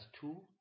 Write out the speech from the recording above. two